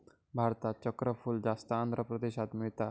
भारतात चक्रफूल जास्त आंध्र प्रदेशात मिळता